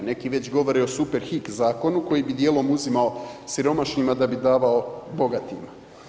Neki već govore o Superhik zakonu koji bi dijelom uzimao siromašnima da bi davao bogatima.